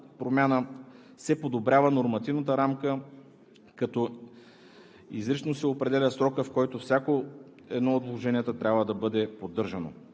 се подобрява нормативната рамка, като изрично се определя срокът, в който всяко едно от вложенията трябва да бъде поддържано.